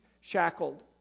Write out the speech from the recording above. shackled